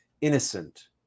innocent